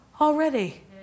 already